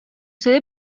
sede